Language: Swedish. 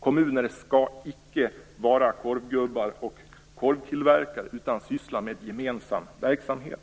Kommuner skall icke vara korvgubbar och korvtillverkare, utan syssla med gemensam verksamhet.